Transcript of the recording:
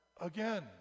again